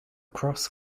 cross